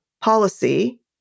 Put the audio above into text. policy